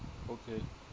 okay